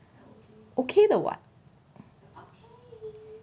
okay 的 [what]